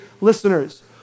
listeners